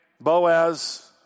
Boaz